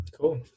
Cool